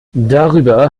darüber